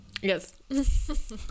Yes